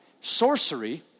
sorcery